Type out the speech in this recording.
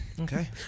Okay